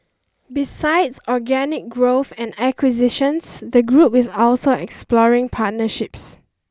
besides organic growth and acquisitions the group is also exploring partnerships